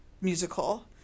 musical